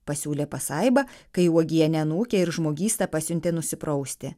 pasiūlė pasaiba kai uogienė anūkę ir žmogystą pasiuntė nusiprausti